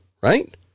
right